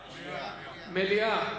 מליאה.